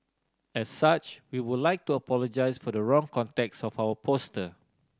as such we would like to apologise for the wrong context of our poster